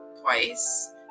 twice